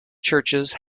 churches